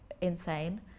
insane